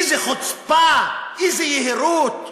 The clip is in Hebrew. איזה חוצפה, איזה יהירות,